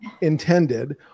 Intended